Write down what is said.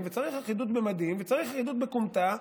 וצריך אחידות במדים וצריך אחידות בכומתה,